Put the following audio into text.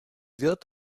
wird